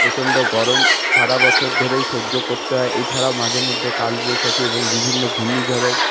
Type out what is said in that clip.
প্রচণ্ড গরম সারা বছর ধরেই সহ্য করতে হয় এছাড়া মাঝেমধ্যে কালবৈশাখী এবং বিভিন্ন ঘূর্ণিঝড়ের